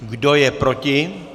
Kdo je proti?